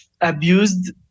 abused